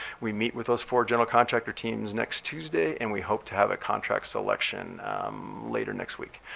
we meet with those four general contractor teams next tuesday and we hope to have a contract selection later next week.